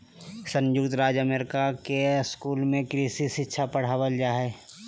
संयुक्त राज्य अमेरिका के स्कूल में कृषि शिक्षा पढ़ावल जा हइ